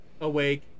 Awake